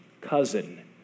cousin